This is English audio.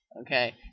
Okay